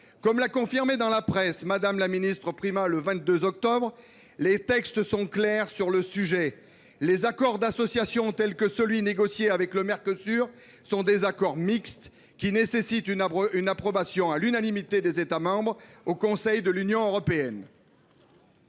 Comme l’a confirmé dans la presse Mme la ministre Primas le 22 octobre dernier, les textes sont clairs : les accords d’association comme celui qui a été négocié avec le Mercosur sont des accords mixtes, qui nécessitent une approbation à l’unanimité des États membres au Conseil de l’Union européenne.